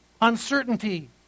uncertainty